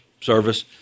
service